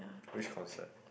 which concert